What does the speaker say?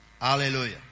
hallelujah